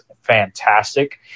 fantastic